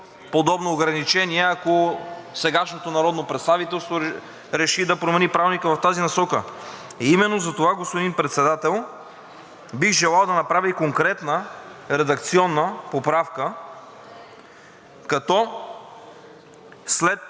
подобно ограничение, ако сегашното народно представителство реши да промени Правилника в тази насока. Именно затова, господин Председател, бих желал да направя и конкретна редакционна поправка, като след